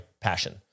passion